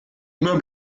meubles